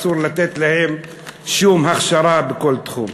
אסור לתת להם שום הכשרה בכל תחום.